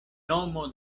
nomo